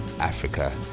africa